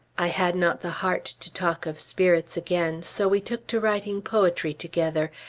i had not the heart to talk of spirits again so we took to writing poetry together,